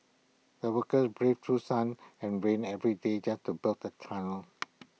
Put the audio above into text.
the workers braved through sun and rain every day just to build the tunnel